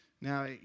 Now